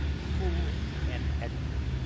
fool, and edgar.